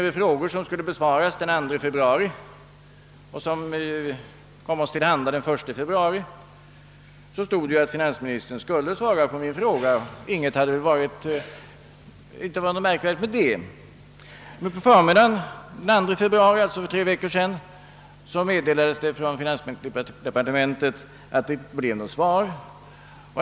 ken kom oss till handa den 1 februari — angavs att finansministern skulle svara på min fråga. Det hade ju inte varit något märkvärdigt med det. Men på förmiddagen den 2 februari meddelades det från finansdepartementet att det inte blev något svar.